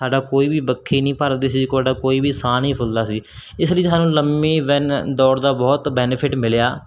ਸਾਡੀ ਕੋਈ ਵੀ ਵੱਖੀ ਨਹੀਂ ਭਰਦੀ ਸੀ ਸਾਡਾ ਕੋਈ ਵੀ ਸਾਹ ਨਹੀਂ ਫੁਲਦਾ ਸੀ ਇਸ ਲਈ ਸਾਨੂੰ ਲੰਮੀ ਵੈਨ ਦੌੜ ਦਾ ਬਹੁਤ ਬੈਨੀਫਿਟ ਮਿਲਿਆ